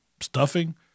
stuffing